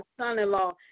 son-in-law